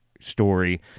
story